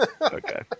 Okay